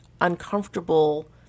uncomfortable